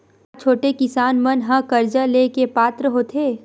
का छोटे किसान मन हा कर्जा ले के पात्र होथे?